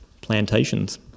plantations